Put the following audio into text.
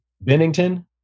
Bennington